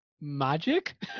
Magic